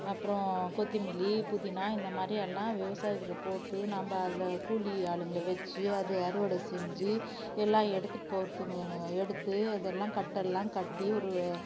அப்புறோம் கொத்தமல்லி புதினா இந்தமாதிரி எல்லாம் விவசாயத்தில் போட்டு நம்ம அதை கூலி ஆளுங்களை வச்சு அதை அறுவடை செஞ்சு எல்லாம் எடுத்துட்டு போகிறது எடுத்து அதெல்லாம் கட்டு எல்லாம் கட்டி ஒரு